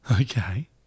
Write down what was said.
Okay